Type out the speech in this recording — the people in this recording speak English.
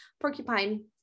porcupine